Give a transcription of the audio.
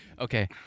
Okay